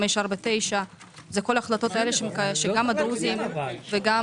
549. זה כל ההחלטות האלה שגם הדרוזים וגם